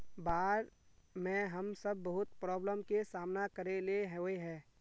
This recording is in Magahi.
बाढ में हम सब बहुत प्रॉब्लम के सामना करे ले होय है?